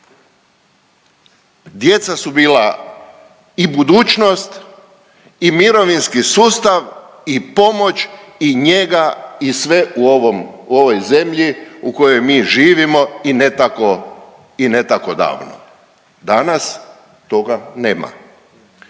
Djeca su bila i budućnost i mirovinski sustav i pomoć i njega i sve u ovom, u ovoj zemlji u kojoj mi živimo i ne tako i ne tako davno, danas toga nema.